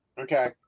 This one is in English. Okay